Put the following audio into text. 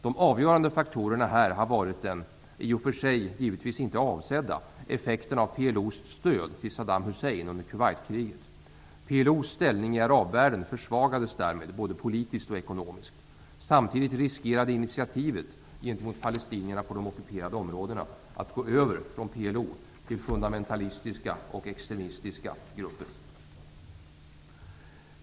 Den avgörande faktorn har varit den i och för sig givetvis inte avsedda effekten av PLO:s stöd till Saddam Hussein under Kuwaitkriget. PLO:s ställning i arabvärlden försvagades därmed både politiskt och ekonomiskt. Samtidigt riskerade initiativet gentemot palestinierna på de ockuperade områdena att gå över från PLO till fundamentalistiska och extremistiska grupper.